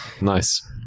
nice